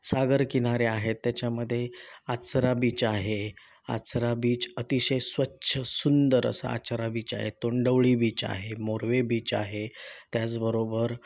सागर किनारे आहेत त्याच्यामध्ये आचरा बीच आहे आचरा बीच अतिशय स्वच्छ सुंदर असा आचरा बीच आहे तोंडवळी बीच आहे मोरवे बीच आहे त्याचबरोबर